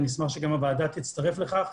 ונשמח שגם הוועדה תצטרף לכך,